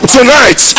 Tonight